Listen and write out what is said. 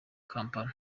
kampala